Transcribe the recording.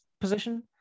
position